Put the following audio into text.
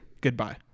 Goodbye